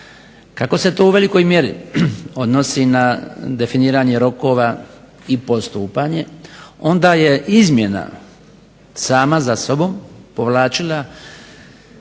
Kako se to u velikoj mjeri odnosi na definiranje rokova i postupanje onda je izmjena sama za sobom povlačila izmjenu